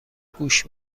گوش